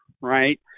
right